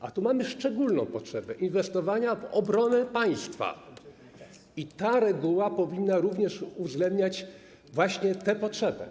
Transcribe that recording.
A tu mamy szczególną potrzebę inwestowania w obronę państwa i ta reguła powinna również uwzględniać właśnie tę potrzebę.